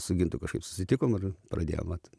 su gintu kažkaip susitikom ir pradėjom vat